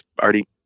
already